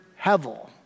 hevel